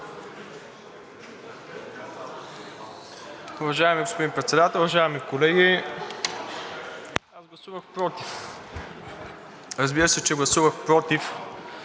Уважаеми господин Председател, уважаеми колеги! Аз гласувах против. Разбира се, че гласувах против